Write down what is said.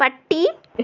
പട്ടി